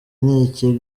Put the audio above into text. nicyo